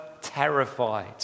terrified